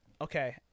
Okay